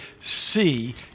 see